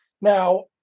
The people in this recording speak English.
Now